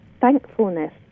thankfulness